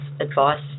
advice